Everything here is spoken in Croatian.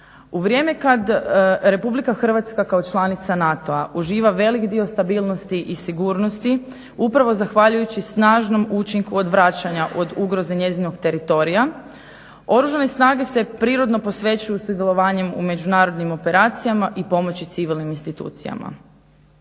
U vrijeme kad Republika Hrvatska kao članica NATO-a uživa velik dio stabilnosti i sigurnosti upravo zahvaljujući snažnom učinku odvraćanja od ugroza njezinog teritorija. Oružane snage se prirodno posvećuju sudjelovanjem u međunarodnim operacijama i pomoći civilnim institucijama.